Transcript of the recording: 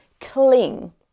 cling